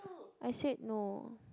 I said no